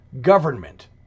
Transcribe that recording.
government